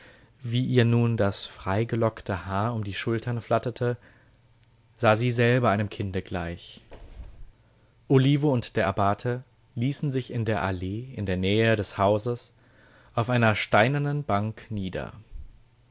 wie ihr nun das freigelockte haar um die schultern flatterte sah sie selber einem kinde gleich olivo und der abbate ließen sich in der allee in der nähe des hauses auf einer steinernen bank nieder